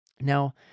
Now